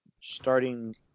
starting